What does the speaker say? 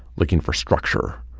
looking for structure,